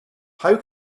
how